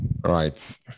Right